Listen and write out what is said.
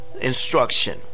instruction